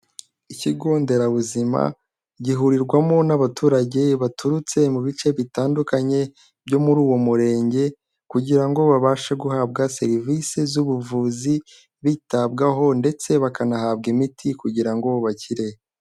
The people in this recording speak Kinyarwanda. Ikigo nderabuzima gihurirwamo n'abaturage baturutse mu bice bitandukanye byo muri uwo murenge kugira ngo babashe guhabwa serivisi z'ubuvuzi, bitabwaho ndetse bakanahabwa imiti kugira ngo bakire.